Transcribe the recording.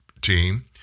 team